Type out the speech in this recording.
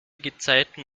gezeiten